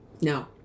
No